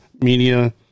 media